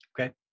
Okay